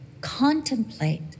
contemplate